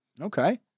Okay